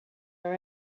our